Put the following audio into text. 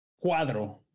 cuadro